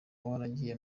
warangiye